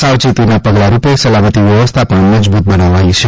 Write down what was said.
સાવચેતીના પગલારૂપે સલામતી વ્યવસ્થાપણ મજબૂત બનાવાઇ છે